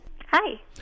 Hi